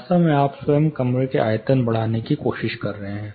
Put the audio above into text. वास्तव में आप स्वयं कमरे की आयतन बढ़ाने की कोशिश कर रहे हैं